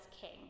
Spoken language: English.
king